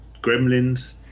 Gremlins